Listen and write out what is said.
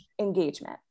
engagement